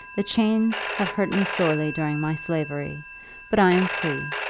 the chains have hurt me sorely during my slavery but i am free,